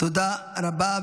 תודה רבה.